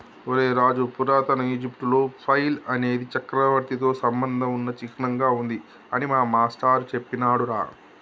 ఒరై రాజు పురాతన ఈజిప్టులో ఫైల్ అనేది చక్రవర్తితో సంబంధం ఉన్న చిహ్నంగా ఉంది అని మా మాష్టారు సెప్పినాడురా